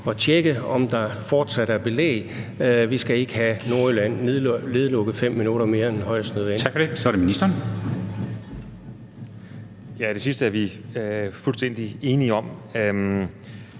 at tjekke, om der fortsat er belæg for nedlukning. Vi skal ikke have Nordjylland nedlukket 5 minutter mere end højst nødvendigt.